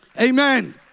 Amen